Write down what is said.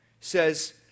says